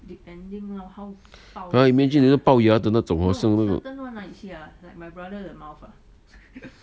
how imagine 那个龅牙的那种